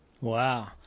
Wow